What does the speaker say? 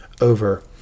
over